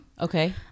okay